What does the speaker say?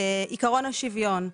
עיקרון השוויון.